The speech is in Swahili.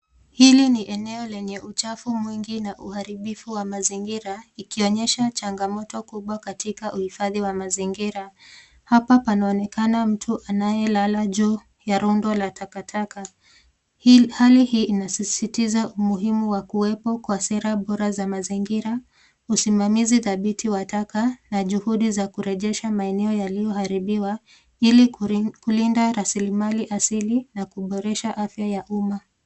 Hili ni eneo lenye uchafu mwingi na uharibifu wa mazingira ikionyesha changamoto kubwa katika uhifadhi wa mazingira. Hapa panaonekana mtu anayelala juu ya rundo la takataka. Hali hii inasisitiza umuhimu wa kuwepo kwa sera bora za mazingira, usimamizi dhabiti wa taka na juhudi za kurejesha maeneo yalioharibiwa ili kulinda rasilimali asili na kuboresha afya ya umma.